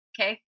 Okay